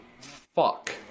fuck